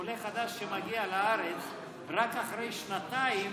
שעולה חדש שמגיע לארץ יכול רק אחרי שנתיים